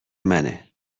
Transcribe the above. منه